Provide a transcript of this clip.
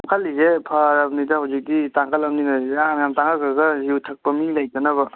ꯇꯥꯡꯈꯠꯂꯤꯁꯦ ꯐꯔꯕꯅꯤꯗ ꯍꯧꯖꯤꯛꯇꯤ ꯇꯥꯡꯈꯠꯂꯝꯅꯤꯅ ꯌꯥꯝ ꯌꯥꯝ ꯇꯥꯡꯈꯠꯈ꯭ꯔꯒ ꯌꯨ ꯊꯛꯄ ꯃꯤ ꯂꯩꯇꯅꯕ